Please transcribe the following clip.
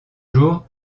jours